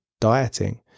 dieting